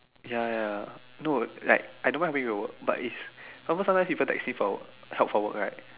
ya ya no like I don't mind helping you with your work but it's sometimes sometimes people text me for help for work right